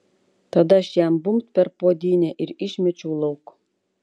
tada aš jam bumbt per puodynę ir išmečiau lauk